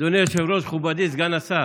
אדוני היושב-ראש, מכובדי סגן השר,